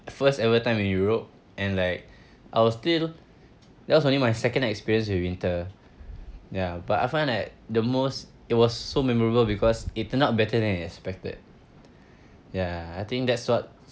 first ever time in europe and like I was still that was only my second experience with winter ya but I find that the most it was so memorable because it turned out better than expected ya I think that's what